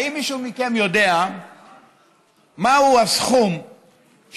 האם מישהו מכם יודע מהו הסכום שמוענק,